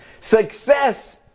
success